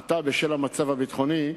עתה, בשל המצב הביטחוני,